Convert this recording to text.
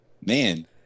man